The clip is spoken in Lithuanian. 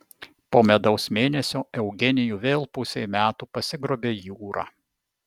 po medaus mėnesio eugenijų vėl pusei metų pasigrobė jūra